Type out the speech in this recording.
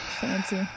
Fancy